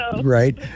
right